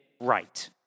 right